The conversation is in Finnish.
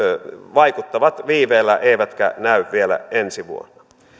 vaikuttavat viiveellä eivätkä näy vielä ensi vuonna